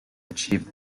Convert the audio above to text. achieved